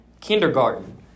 kindergarten